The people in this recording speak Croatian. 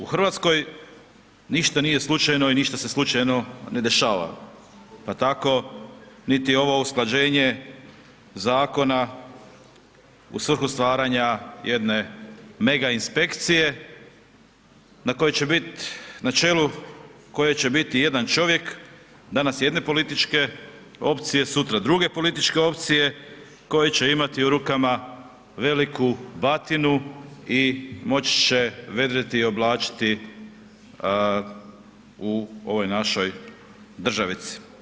U Hrvatskoj ništa nije slučajno i ništa se slučajno ne dešava pa tako niti ovo usklađenje zakona u svrhu stvaranja jedne mega inspekcije na kojoj će bit na čelu koje će biti jedan čovjek, danas jedne političke opcije, sutra druge političke opcije koji će imati u rukama veliku batinu i moći će vedriti i oblačiti u ovoj našoj državici.